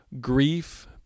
grief